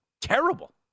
Terrible